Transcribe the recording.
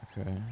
okay